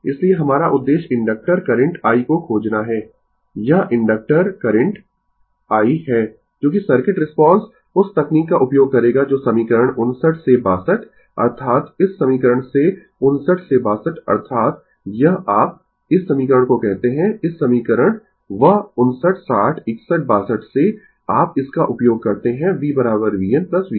इसलिए हमारा उद्देश्य इंडक्टर करंट i को खोजना है यह इंडक्टर करंट i है चूँकि सर्किट रिस्पांस उस तकनीक का उपयोग करेगा जो समीकरण 59 से 62 अर्थात इस समीकरण से 59 से 62 अर्थात यह आप इस समीकरण को कहते है इस समीकरण वह 59 60 61 62 से आप इस का उपयोग करते है v vn vf